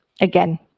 again